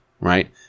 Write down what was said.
right